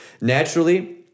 naturally –